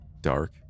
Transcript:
Dark